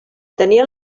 tenien